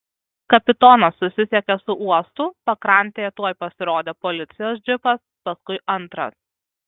kapitonas susisiekė su uostu pakrantėje tuoj pasirodė policijos džipas paskui antras